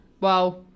Wow